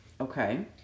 Okay